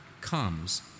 comes